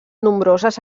nombroses